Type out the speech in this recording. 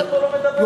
אף אחד לא מדבר,